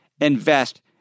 invest